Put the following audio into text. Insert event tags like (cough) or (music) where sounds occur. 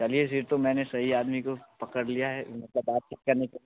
चलिए फिर तो मैंने सही आदमी को पकड़ लिया है मतलब आप (unintelligible)